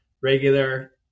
regular